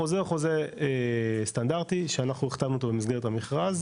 החוזה הוא חוזה סטנדרטי שאנחנו החתמנו אותו במסגרת המכרז,